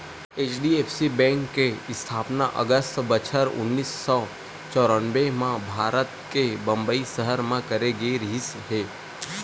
HDFC bank के इस्थापना अगस्त बछर उन्नीस सौ चौरनबें म भारत के बंबई सहर म करे गे रिहिस हे